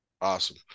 Awesome